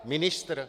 Ministr?